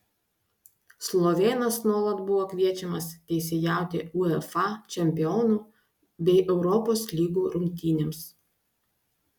slovėnas nuolat buvo kviečiamas teisėjauti uefa čempionų bei europos lygų rungtynėms